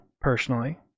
personally